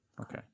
Okay